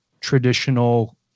traditional